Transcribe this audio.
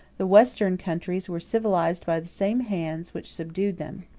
the western countries were civilized by the same hands which subdued them.